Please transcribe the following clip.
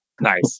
Nice